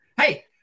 Hey